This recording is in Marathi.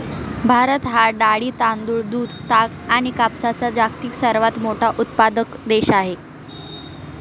भारत हा डाळी, तांदूळ, दूध, ताग आणि कापसाचा जगातील सर्वात मोठा उत्पादक देश आहे